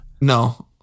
No